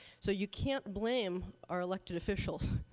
so you can't blame our elected officials,